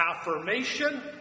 affirmation